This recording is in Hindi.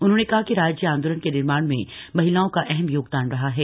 उन्होंने कहा कि राज्य आंदोलन के निर्माण में महिलाओं का अहम योगदान रहा है